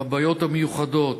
עם הבעיות המיוחדות,